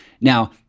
Now